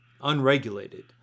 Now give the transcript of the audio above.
unregulated